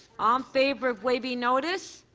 um favor of waiving notice.